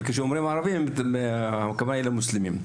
וכאומרים ערבים הכוונה היא למוסלמים.